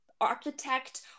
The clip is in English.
architect